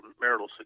marital